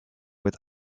with